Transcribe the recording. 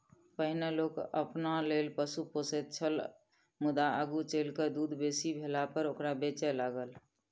पहिनै लोक अपना लेल पशु पोसैत छल मुदा आगू चलि क दूध बेसी भेलापर ओकरा बेचय लागल